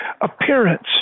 appearance